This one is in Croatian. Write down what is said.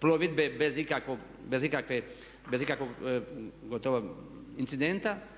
plovidbe bez ikakvog gotovo incidenta